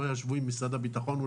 לא ישבו עם משרד הביטחון,